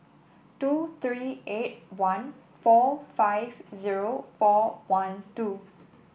two three eight one four five zero four one two